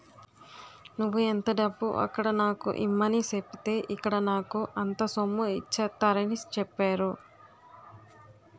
నువ్వు ఎంత డబ్బు అక్కడ నాకు ఇమ్మని సెప్పితే ఇక్కడ నాకు అంత సొమ్ము ఇచ్చేత్తారని చెప్పేరు